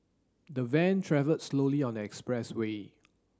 the van travelled slowly on the expressway